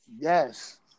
Yes